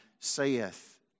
saith